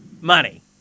Money